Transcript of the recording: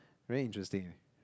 very interesting